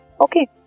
okay